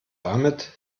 damit